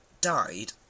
died